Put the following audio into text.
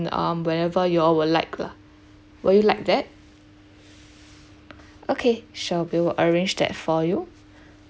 um whenever you all would like lah would you like that okay sure we will arrange that for you